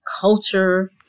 culture